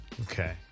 Okay